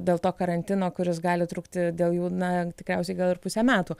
dėl to karantino kuris gali trukti dėl jų na tikriausiai ir pusę metų